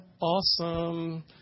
Awesome